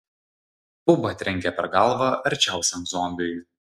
buba trenkė per galvą arčiausiam zombiui